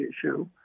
issue